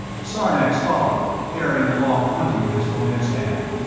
sarnax followed, carrying a long hunting pistol in his hand.